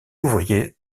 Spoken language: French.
ouvrier